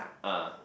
ah